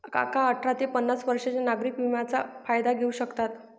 काका अठरा ते पन्नास वर्षांच्या नागरिक विम्याचा फायदा घेऊ शकतात